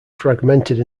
fragmented